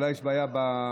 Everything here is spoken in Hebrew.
אולי יש בעיה בווליום.